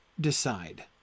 decide